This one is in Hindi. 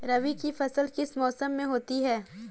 रबी की फसल किस मौसम में होती है?